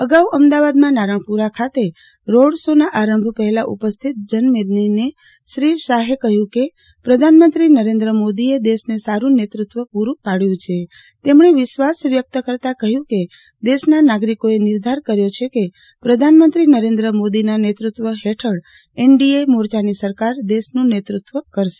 અગાઉ અમદાવાદમાં નારણપુરા ખાતે રોડ શો ના આરંભ પહેલાં ઉપસ્થિત જનમેદનીને શ્રી શાહે કહ્યું કે પ્રધાનમંત્રી નરેન્દ્ર મોદીએ દેશને સારું નેતૃત્વ પૂર્રં પાડ્યું છે તેમણે વિશ્વાસ વ્યકત કરતા કહ્યું હતું કે દેશના નાગરિકોએ નિર્ધાર કર્યો છે કે પ્રધાનમંત્રી નરેન્દ્ર મોદીના નેતૃત્વ હેઠળ એનડીએ મોરચાની સરકાર દેશનું નેતૃત્વ કરશે